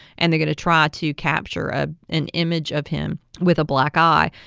and they're going to try to capture ah an image of him with a black eye.